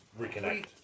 reconnect